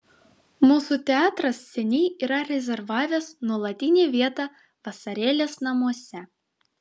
mūsų teatras seniai yra rezervavęs nuolatinę vietą vasarėlės namuose